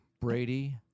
Brady